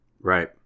Right